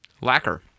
lacquer